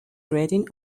grating